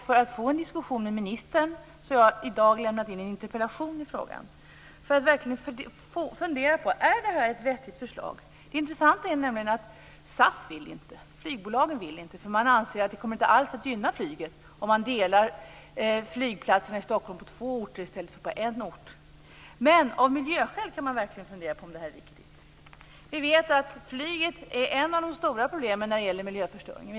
För att få en diskussion med ministern har jag i dag lämnat in en interpellation. Jag vill alltså att man verkligen ska fundera på om det här är ett vettigt förslag. Det intressanta är att SAS inte vill ha det på nämnda sätt. Flygbolagen vill inte det, för man anser att det inte alls kommer att gynna flyget om flyget i Stockholm delas på två orter i stället för att ha flyget på en ort. Av miljöskäl kan man verkligen fundera på om detta är riktigt. Vi vet att flyget är ett av de stora problemen när det gäller miljöförstöringen.